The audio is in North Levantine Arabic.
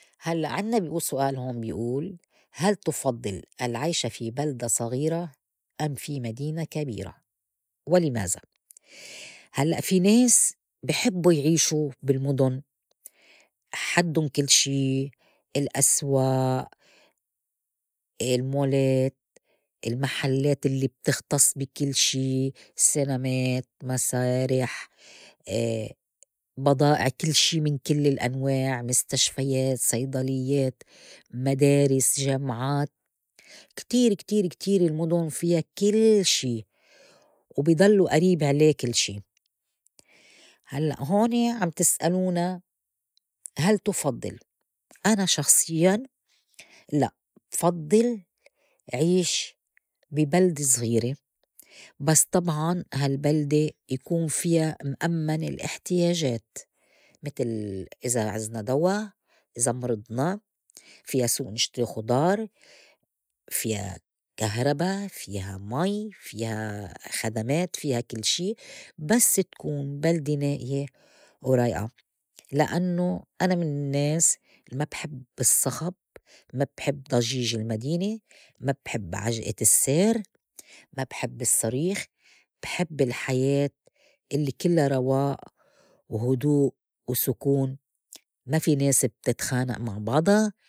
هلّأ عنّا بقول سؤال هون بي أول هل تُفضّل العيش في بلدة صغيرة أم في مدينة كبيرة ولماذا؟ هلّأ في ناس بيحبّوا يعيشوا بالمدن حدُّن كل شي الأسواق، المولات، المحلّات اللّي بتختص بي كل شي، السينمات، مسارح، بضائع كل شي من كل الأنواع، مستشفيات، صيدليّات، مدارس، جامعات، كتير كتير كتير المدن فيا كل شي وبي ضلّوا أريب عليه كل شي. هلّأ هوني عم تسألونا هل تُفضّل؟ أنا شخصياً لأ بفضل عيش بي بلدة صغيرة بس طبعاً هالبلدة يكون فيا مأمّن الاحتياجات متل إذا عزنا دوا إذا مرضنا، فيها سوق نشتري خُضار، فيها كهربا، فيها مي، فيها خدمات، فيها كل شي بس تكون بلدة نائية ورايقة لأنوا أنا من النّاس الما بحب الصّخب، ما بحب ضجيج المدينة، ما بحب عجقة السّير، ما بحب الصّريخ، بحب الحياة اللّي كلّا رواء وهدوء وسكون ما في ناس بتتخانق مع بعضا.